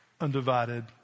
undivided